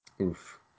Oof